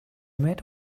met